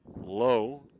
Low